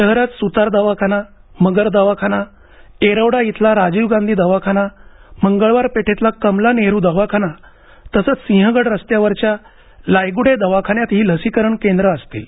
शहरात सुतार दवाखाना मगर दवाखाना येरवडा इथला राजीव गांधी दवाखाना मंगळवार पेठेतला कमला नेहरू दवाखाना तसंच सिंहगड रस्त्यावरच्या लायगुडे दवाखान्यात ही लसीकरण केंद्र असतील